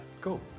Cool